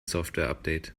softwareupdate